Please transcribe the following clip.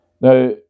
Now